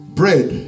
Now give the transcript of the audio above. bread